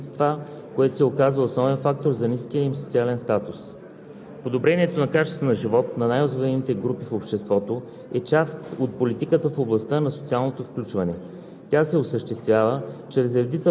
са напълно удовлетворени или по-скоро удовлетворени от начина си на живот. Младежите, които са в тежко социално положение, са най-вече част от етническите малцинства, което се оказва основният фактор за ниския им социален статус.